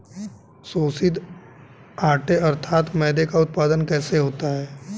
शोधित आटे अर्थात मैदे का उत्पादन कैसे होता है?